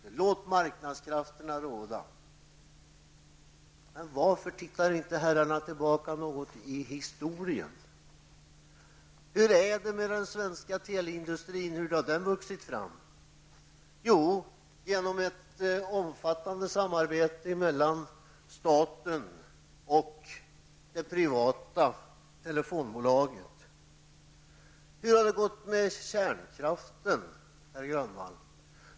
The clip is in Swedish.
Man skall låta marknadskrafterna råda. Men varför tittar inte herrarna tillbaka något i historien? Hur är det med den svenska teleindustrin? Hur har den vuxit fram? Jo, genom ett omfattande samarbete mellan staten och det privata telefonbolaget. Hur har det gått med kärnkraften, herr Grönvall?